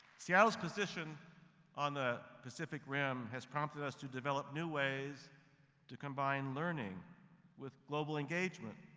seattle's position on the pacific rim has prompted us to develop new ways to combine learning with global engagement.